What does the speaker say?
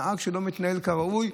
נהג שלא מתנהג כראוי,